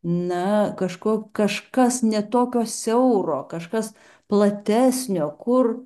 na kažko kažkas ne tokio siauro kažkas platesnio kur